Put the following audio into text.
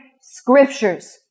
scriptures